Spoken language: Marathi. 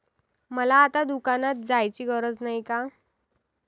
मला आता दुकानात जायची गरज नाही का?